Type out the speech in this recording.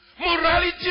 Morality